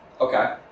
Okay